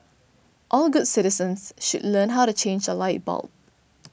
all good citizens should learn how to change a light bulb